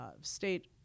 state